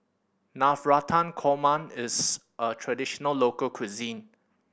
Navratan Korma is a traditional local cuisine